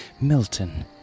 Milton